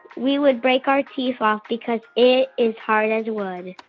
we would break our teeth off because it is hard as wood